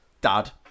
dad